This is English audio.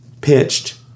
pitched